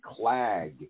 Clag